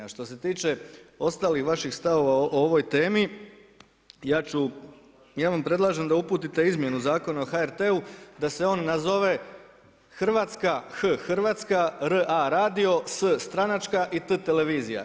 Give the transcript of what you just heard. A što se tiče ostalih vaših stavova o ovoj temi, ja ću, ja vam predlažem da uputite izmjenu Zakona o HRT-u da se on nazove Hrvatska H Hrvatska, Ra radio, S stranačka i T televizija.